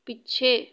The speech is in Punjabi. ਪਿੱਛੇ